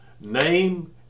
name